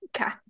Okay